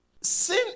Sin